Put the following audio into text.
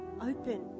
open